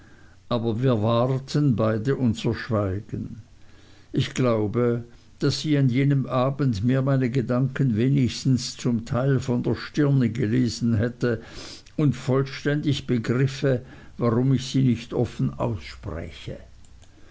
aber wir wahrten beide unser schweigen ich glaubte daß sie an jenem abend mir meine gedanken wenigstens zum teil von der stirne gelesen hätte und vollständig begriffe warum ich sie nicht offen ausspräche